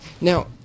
Now